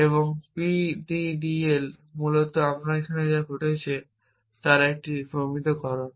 এবং PDDL মূলত আমরা এখানে যা দেখছি তার একটি প্রমিতকরণ